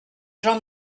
jean